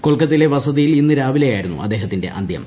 കൊൽക്കത്തയിലെ വസതിയിൽ ഇന്ന് രാവിലെയായിരുന്നു അദ്ദേഹത്തിന്റെ അന്തൃം